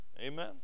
Amen